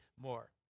more